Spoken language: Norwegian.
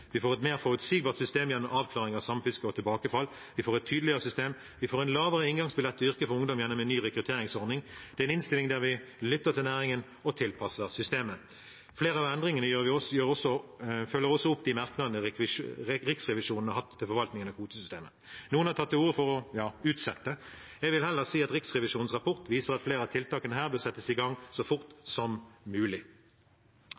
Vi får et mer forutsigbart system gjennom avklaring av samfiske og tilbakefall. Vi får et tydeligere system. Vi får en lavere inngangsbillett til yrket for ungdom gjennom en ny rekrutteringsordning. Det er en innstilling der vi lytter til næringen og tilpasser systemet. Flere av endringene følger også opp de merknadene Riksrevisjonen har hatt til forvaltningen av kvotesystemet. Noen har tatt til orde for å utsette. Jeg vil heller si at Riksrevisjonens rapport viser at flere av tiltakene bør settes i gang så fort